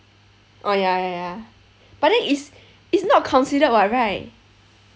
oh ya ya ya but then it's it's not considered [what] right